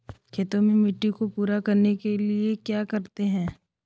खेत में मिट्टी को पूरा करने के लिए क्या करते हैं?